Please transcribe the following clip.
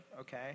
okay